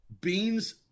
Beans